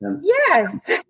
yes